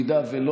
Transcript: אם לא,